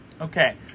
okay